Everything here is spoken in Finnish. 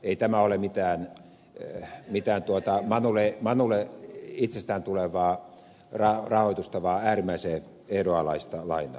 ei tämä ole mikään köyhä mikä tuottaa vain ole mitään manulle itsestään tulevaa rahoitusta vaan äärimmäisen ehdonalaista lainaa